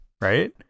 Right